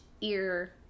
ear